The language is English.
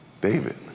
David